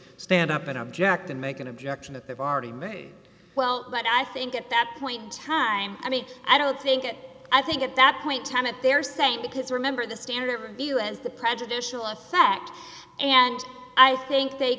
stand up and object and make an objection that they've already well but i think at that point in time i mean i don't think it i think at that point time it they're saying because remember the standard view is the prejudicial effect and i think they